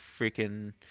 freaking